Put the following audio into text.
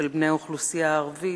של בני האוכלוסייה הערבית,